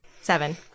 Seven